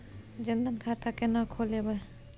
जनधन खाता केना खोलेबे?